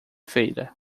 feira